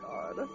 God